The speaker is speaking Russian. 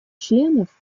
членов